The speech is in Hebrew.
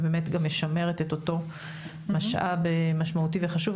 ובאמת גם משמרת את אותו משאב משמעותי וחשוב.